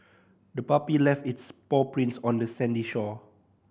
the puppy left its paw prints on the sandy shore